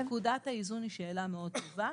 נקודת האיזון היא שאלה מאוד טובה.